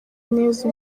neza